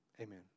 Amen